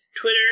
Twitter